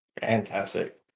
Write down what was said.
Fantastic